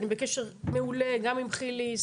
אני בקשר מעולה גם עם חילי,